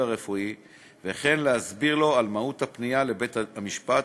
הרפואי וכן להסביר לו על מהות הפנייה לבית-המשפט